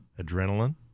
Adrenaline